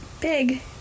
big